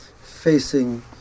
facing